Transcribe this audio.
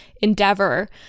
endeavor